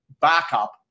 backup